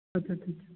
اچھا اچھا